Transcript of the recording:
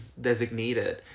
designated